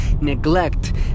neglect